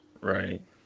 right